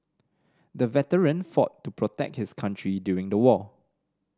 the veteran fought to protect his country during the war